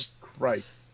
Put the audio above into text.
Christ